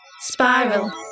Spiral